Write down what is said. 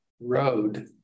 road